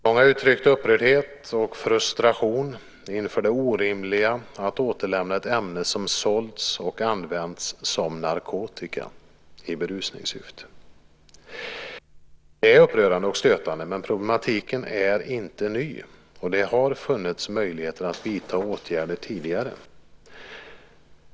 Många har uttryckt upprördhet och frustration inför det orimliga att återlämna ett ämne som sålts och använts som narkotika i berusningssyfte. Det är upprörande och stötande, men problematiken är inte ny. Det har funnits möjligheter att vidta åtgärder tidigare.